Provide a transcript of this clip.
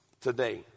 today